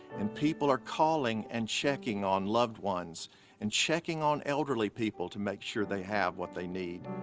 and people are calling and checking on loved ones and checking on elderly people to make sure they have what they need.